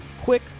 quick